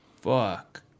Fuck